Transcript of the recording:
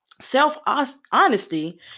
Self-honesty